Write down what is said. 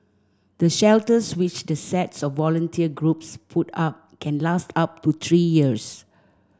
the shelters which the sets of volunteer groups put up can last up to three years